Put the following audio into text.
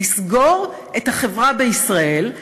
לסגור את החברה בישראל,